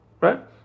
Right